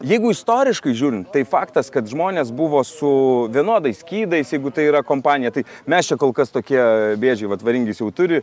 jeigu istoriškai žiūrint tai faktas kad žmonės buvo su vienodais skydais jeigu tai yra kompanija tai mes čia kol kas tokie bėdžiai vat varingis jau turi